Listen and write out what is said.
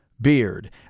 Beard